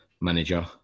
manager